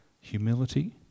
Humility